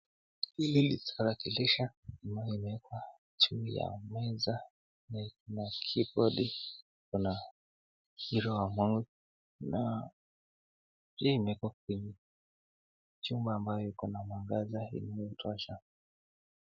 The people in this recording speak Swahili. Hili ni tarakilishi iliyowekwa jini ya meza, na kuna kibodi kuna hiro wa mouse na hii imewekwa kwenye chumpa ambayo iko na mwangaza inayotosha.